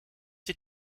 die